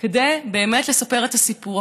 כדי באמת לספר את הסיפור.